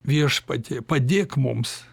viešpatie padėk mums